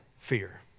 fear